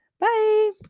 Bye